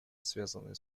связанные